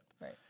right